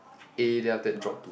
A then after that drop